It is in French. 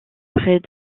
près